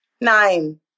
Nine